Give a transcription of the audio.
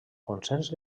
consens